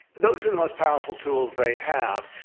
those are the most powerful tools they have.